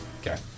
Okay